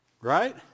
Right